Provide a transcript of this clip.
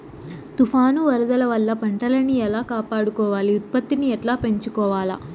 తుఫాను, వరదల వల్ల పంటలని ఎలా కాపాడుకోవాలి, ఉత్పత్తిని ఎట్లా పెంచుకోవాల?